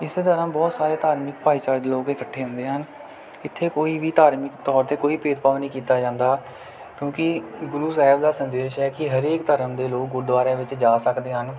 ਇਸ ਤਰ੍ਹਾਂ ਬਹੁਤ ਸਾਰੇ ਧਾਰਮਿਕ ਭਾਈਚਾਰੇ ਦੇ ਲੋਕ ਇਕੱਠੇ ਹੁੰਦੇ ਹਨ ਇੱਥੇ ਕੋਈ ਵੀ ਧਾਰਮਿਕ ਤੌਰ 'ਤੇ ਕੋਈ ਭੇਦਭਾਵ ਨਹੀਂ ਕੀਤਾ ਜਾਂਦਾ ਕਿਉਂਕਿ ਗੁਰੂ ਸਾਹਿਬ ਦਾ ਸੰਦੇਸ਼ ਹੈ ਕਿ ਹਰੇਕ ਧਰਮ ਦੇ ਲੋਕ ਗੁਰਦੁਆਰਿਆਂ ਵਿੱਚ ਜਾ ਸਕਦੇ ਹਨ